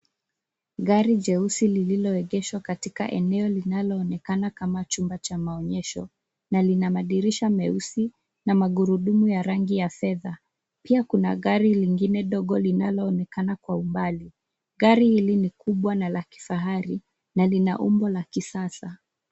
Gari jeusi lililoegeshwa katika eneo linaloonekana kama chumba cha maonyesho na lina madirisha meusi na magurudumu ya rangi ya fedha, Pia kuna gari lingine dogo linaloonekana kwa umbali. Gari hili ni kubwa na la kifahari na lina umbo la kisasa.